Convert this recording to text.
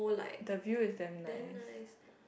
the view is damn nice